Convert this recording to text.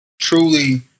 truly